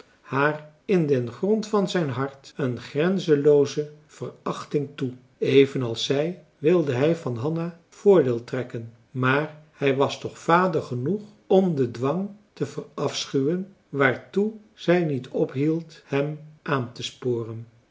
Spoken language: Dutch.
haar in den grond van zijn hart een grenzenlooze verachting toe evenals zij wilde hij van hanna voordeel trekken maar hij was toch vader genoeg om den dwang te verafschuwen waartoe zij niet ophield hem aantesporen